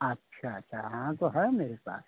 अच्छा अच्छा हाँ तो है मेरे पास